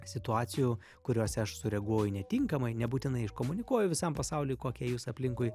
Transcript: situacijų kuriose aš sureaguoju netinkamai nebūtinai iškomunikuoju visam pasauliui kokie jūs aplinkui